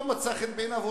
לא מצא חן בעיניו,